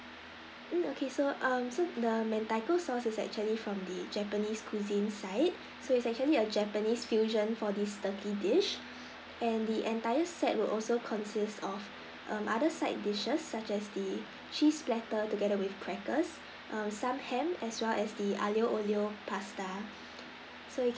mm okay so um so the mentaiko sauce is actually from the japanese cuisine side so is actually a japanese fusion for this turkey dish and the entire set would also consists of um other side dishes such as the cheese platter together with crackers um some ham as well as the aglio olio pasta so